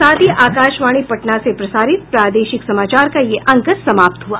इसके साथ ही आकाशवाणी पटना से प्रसारित प्रादेशिक समाचार का ये अंक समाप्त हुआ